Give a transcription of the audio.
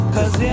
Cause